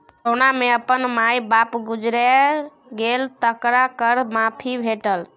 corona मे अपन माय बाप गुजैर गेल तकरा कर माफी भेटत